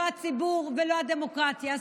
לא הציבור ולא הדמוקרטיה.